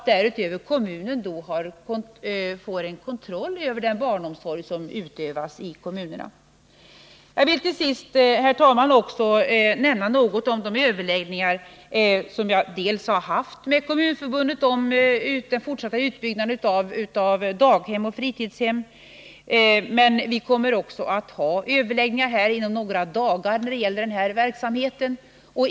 Därutöver får också kommunen en kontroll över den barnomsorg som finns inom kommunen. Jag vill också, herr talman, nämna något om de överläggningar som jag har haft med Kommunförbundet om den fortsatta utbyggnaden av daghem och fritidshem. Men vi kommer också inom de närmaste dagarna att ha överläggningar när det gäller denna verksamhet.